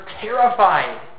terrified